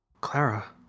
Clara